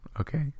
okay